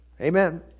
Amen